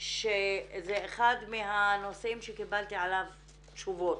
שזה אחד מהנושאים שקיבלתי עליו תשובות.